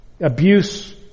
abuse